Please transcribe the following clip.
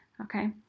Okay